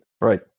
Right